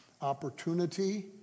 opportunity